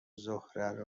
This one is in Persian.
زهره